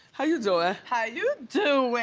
how you doing? how you doing?